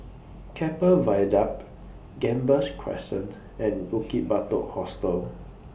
Keppel Viaduct Gambas Crescent and Bukit Batok Hostel